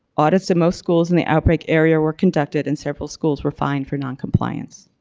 audits in most schools in the outbreak area were conducted and several schools were fined for non-compliance.